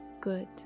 good